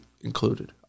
included